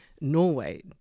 Norway